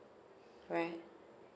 right